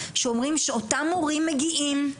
שאומרים שאותם מורים מגיעים,